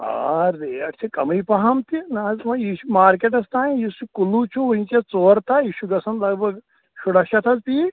آ ریٹ چھِ کمٕے پہم تہِ نہَ حظ وۄنۍ یہِ چھُ مارکیٚٹس تام یُس یہِ کُلوٗ چھُ وُنکیٚس ژور تام یہِ چھُ گژھان لگ بگ شُراہ شیٚتھ حظ پیٖٹۍ